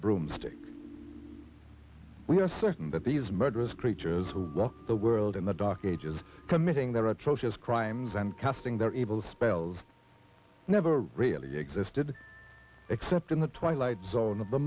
broomstick we are certain that these murderous creatures who walk the world in the dark ages committing their atrocious crimes and casting their evil spells never really existed except in the twilight zone